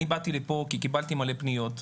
הגעתי לפה כי קיבלתי הרבה פניות,